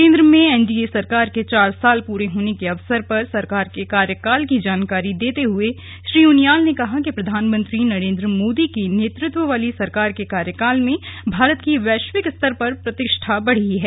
केन्द्र में एनडीए सरकार के चार साल पूरे होने के अवसर पर सरकार के कार्यकाल की जानकारी देते हुए श्री उनियाल ने कहा कि प्रधानमंत्री नरेन्द्र मोदी के नेतृत्व वाली सरकार के कार्यकाल में भारत की वैश्विक स्तर पर प्रतिष्ठा बढ़ी है